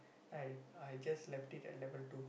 then I I just left it left it at level two